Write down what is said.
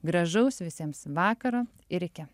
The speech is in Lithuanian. gražaus visiems vakaro ir iki